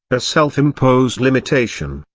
a self-imposed limitation,